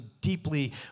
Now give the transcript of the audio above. deeply